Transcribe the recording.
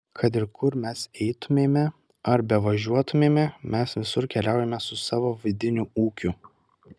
kad ir kur mes eitumėme ar bevažiuotumėme mes visur keliaujame su savo vidiniu ūkiu